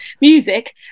music